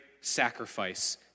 sacrifice